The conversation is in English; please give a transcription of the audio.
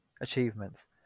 achievements